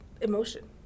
emotion